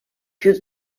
più